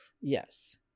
Yes